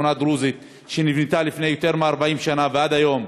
השכונה הדרוזית שנבנתה לפני יותר מ-40 שנה ועד היום